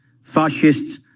fascists